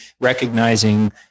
recognizing